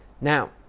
Now